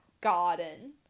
garden